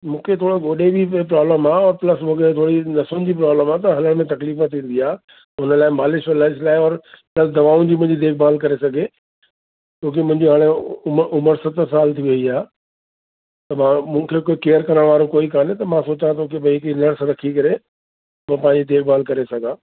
मूंखे थोरो गोॾनि जी प्रॉब्लम आहे ऐं प्लस मूंखे थोरी नसुन जी प्रॉब्लम आहे त हलण में तकलीफ़ थींदी आहे उन लाइ मालिश और लंच लाइ और प्लस दवाउन जी मुंहिजी देखभालु करे सघे छो की मुंहिजी हाणे उ उमिरि सतरि साल थी वई आहे त मां मूंखे केयर करण वारो कोई कोन्हे त मां सोचां थो पियो के भई नर्स रखी करे मां पंहिंजे देखभालु करे सघां